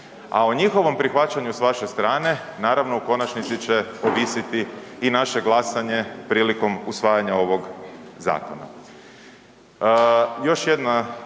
a o njihovom prihvaćanju s vaše strane, naravno, u konačnici će ovisiti i naše glasanje prilikom usvajanja ovog zakona.